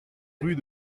rue